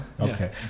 Okay